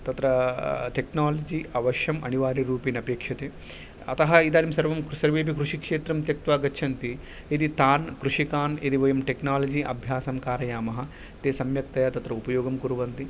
तत्र टेक्नालजी अवश्यम् अनिवार्यरूपेण अपेक्षते अतः इदानीं सर्वं सर्वेपि कृषिक्षेत्रं त्यक्त्वा गच्छन्ति यदि तान् कृषिकान् यदि वयं टेक्नालाजी अभ्यासं कारयामः ते सम्यक्तया तत्र उपयोगं कुर्वन्ति